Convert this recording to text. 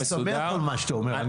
אני שמח על מה שאתה אומר.